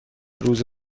روز